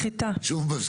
שוב